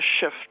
shift